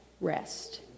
rest